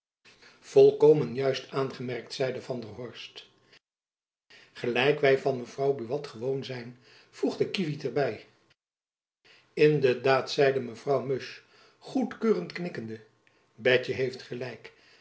volkomen juist aangemerkt zeide van der horst gelijk wy van mevrouw buat gewoon zijn voegde kievit er by in de daad zeide mevrouw musch goedkeurend knikkende betjen heeft gelijk